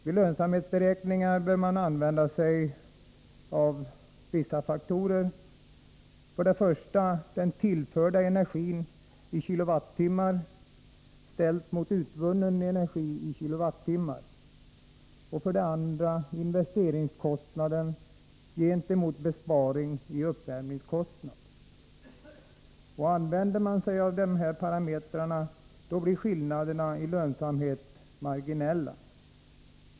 Vid lönsamhetsberäkningar bör man använda sig av två faktorer, dels tillförd energi i kWh ställt mot utvunnen energi i kWh, dels investeringskostnad gentemot besparing i uppvärmningskostnad. Använder man sig av dessa parametrar, blir skillnaderna i lönsamhet marginella.